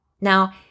Now